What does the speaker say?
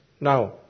Now